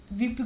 vi